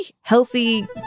healthy